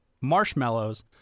marshmallows